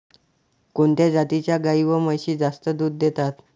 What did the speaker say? कोणत्या जातीच्या गाई व म्हशी जास्त दूध देतात?